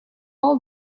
all